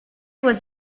was